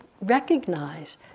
recognize